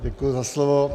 Děkuji za slovo.